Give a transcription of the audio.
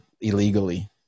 illegally